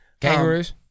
Kangaroos